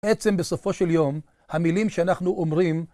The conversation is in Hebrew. בעצם בסופו של יום, המילים שאנחנו אומרים